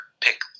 pick